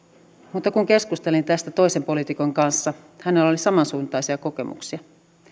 mutta kun keskustelin tästä toisen poliitikon kanssa hänellä oli samansuuntaisia kokemuksia